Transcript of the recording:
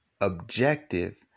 objective